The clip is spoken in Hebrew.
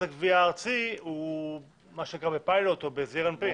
הגבייה הארצי הוא בפיילוט או בזעיר אנפין.